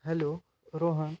hello Rohan